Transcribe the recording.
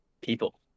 people